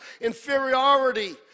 inferiority